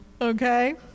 okay